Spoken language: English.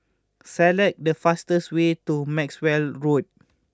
select the fastest way to Maxwell Road